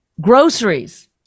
groceries